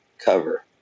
cover